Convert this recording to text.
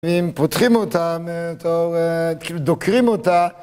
אם פותחים אותה, כאילו דוקרים אותה